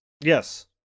Yes